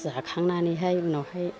जाखांनानैहाय उनावहाय